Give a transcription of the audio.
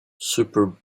super